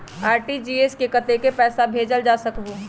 RTGS से कतेक पैसा भेजल जा सकहु???